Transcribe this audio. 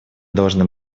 должны